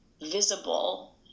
visible